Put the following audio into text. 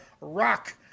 Rock